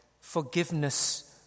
forgiveness